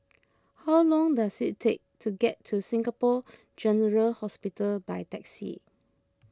how long does it take to get to Singapore General Hospital by taxi